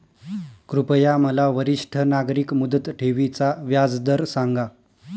कृपया मला वरिष्ठ नागरिक मुदत ठेवी चा व्याजदर सांगा